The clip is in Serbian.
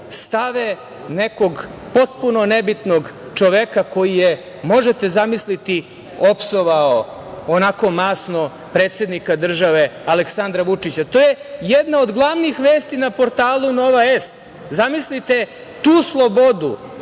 stave nekog potpuno nebitnog čoveka koji je, možete zamisliti, opsovao onako masno predsednika države Aleksandra Vučića. To je jedna od glavnih vesti na portalu „Nova S“. Zamislite tu slobodu,